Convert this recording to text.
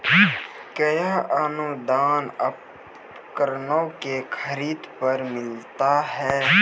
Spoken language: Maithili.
कया अनुदान उपकरणों के खरीद पर मिलता है?